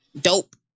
dope